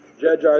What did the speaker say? Judge